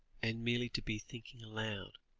and merely to be thinking aloud,